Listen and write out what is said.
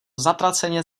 zatraceně